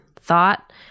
thought